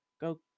go